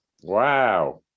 Wow